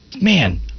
man